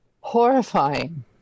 horrifying